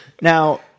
Now